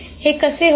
हे कसे होते